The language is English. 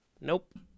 Nope